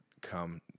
come